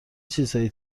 چیزهایی